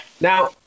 Now